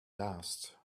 last